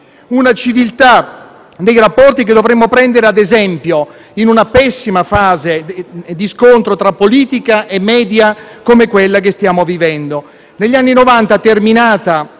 Una civiltà dei rapporti che dovremmo prendere ad esempio, in una pessima fase di scontro tra politica e *media* come quella che stiamo vivendo. Negli anni Novanta, terminata